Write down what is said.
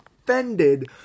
offended